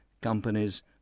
companies